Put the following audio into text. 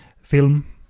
film